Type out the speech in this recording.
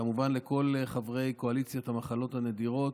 כמובן, לכל חברי קואליציית המחלות הנדירות,